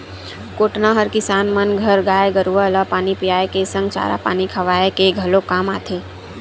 कोटना हर किसान मन घर गाय गरुवा ल पानी पियाए के संग चारा पानी खवाए के घलोक काम आथे